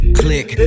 click